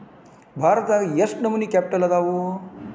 ಭಾರತದಾಗ ಯೆಷ್ಟ್ ನಮನಿ ಕ್ಯಾಪಿಟಲ್ ಅದಾವು?